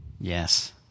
Yes